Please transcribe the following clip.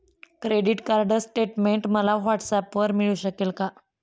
Credit card statement मला व्हॉट्सऍपवर मिळू शकेल का?